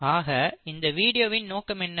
ஆக இந்த வீடியோவின் நோக்கம் என்ன